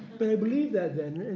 but i believed that then.